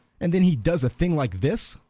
and then he does a thing like this.